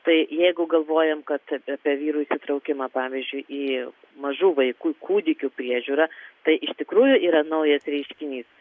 tai jeigu galvojam kad apie vyrų įsitraukimą pavyzdžiui į mažų vaikų kūdikių priežiūrą tai iš tikrųjų yra naujas reiškinys